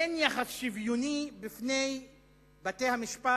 אין יחס שוויוני בפני בתי-המשפט